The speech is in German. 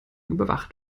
überwacht